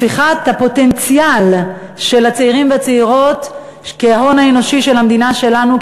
הפיכת הפוטנציאל של הצעירים והצעירות להון האנושי של המדינה שלנו,